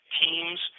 teams